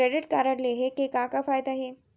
Credit card लेहे के का का फायदा हे?